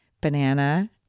Banana